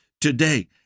today